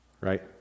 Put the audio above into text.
Right